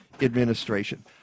administration